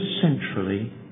centrally